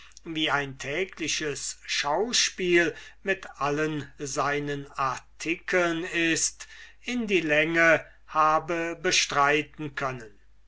wie ein tägliches schauspiel mit allen seinen artikeln ist in die länge habe bestreiten können